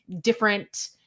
different